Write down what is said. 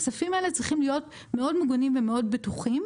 הכספים האלה צריכים להיות מאוד מוגנים ומאוד בטוחים.